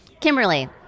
Kimberly